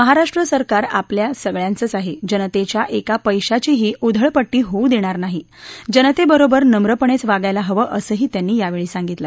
महाराष्ट्र सरकार आपल्या सगळ्यांचं आहे जनतेच्या एका पधीचीही उधळपट्टी होऊ देणार नाही जनतेबरोबर नम्रपणेच वागायला हवं असंही त्यांनी यावेळी सांगितलं